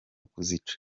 kuzica